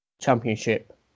championship